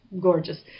gorgeous